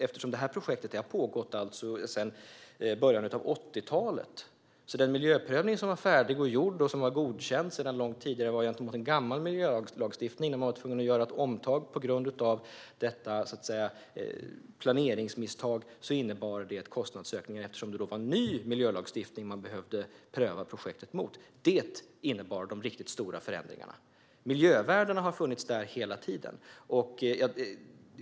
Det här projektet har pågått sedan början av 80-talet. Den miljöprövning som var färdig och gjord och var godkänd sedan långt tidigare var gentemot en gammal miljölagstiftning. När man var tvungen att göra ett omtag på grund av detta planeringsmisstag innebar det kostnadsökningar eftersom det då var ny miljölagstiftning man behövde pröva projektet mot. Det innebar de riktigt stora förändringarna. Miljövärdena har funnits där hela tiden.